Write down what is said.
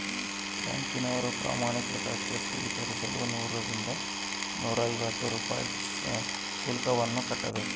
ಬ್ಯಾಂಕಿನವರು ಪ್ರಮಾಣೀಕೃತ ಚೆಕ್ ವಿತರಿಸಲು ನೂರರಿಂದ ನೂರೈವತ್ತು ರೂಪಾಯಿ ಶುಲ್ಕವನ್ನು ಕಟ್ಟಬೇಕು